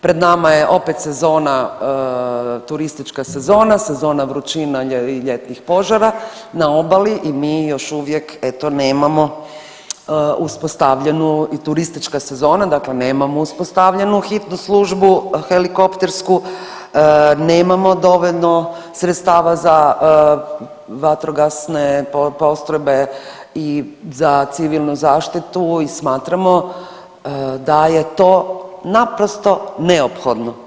Pred nama je opet sezona, turistička sezona, sezona vrućina i ljetnih požara na obali i mi još uvijek eto nemamo uspostavljenu i turistička sezona, dakle nemamo uspostavljenu hitnu službu helikoptersku, nemamo dovoljno sredstava za vatrogasne postrojbe i za civilnu zaštitu i smatramo da je to naprosto neophodno.